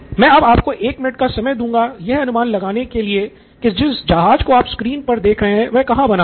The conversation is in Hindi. मैं अब आपको एक मिनट का समय दूंगा यह अनुमान लगाने के लिए कि जिस जहाज को आप स्क्रीन पर देख रहे हैं वह कहाँ बना था